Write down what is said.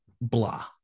blah